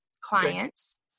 clients